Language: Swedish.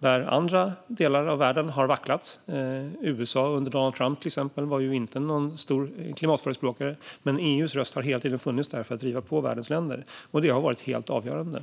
När andra delar av världen har vacklat - till exempel var ju USA under Donald Trump inte någon stor klimatförespråkare - har EU:s röst hela tiden funnits där för att driva på världens länder. Det har varit helt avgörande.